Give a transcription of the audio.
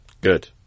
Good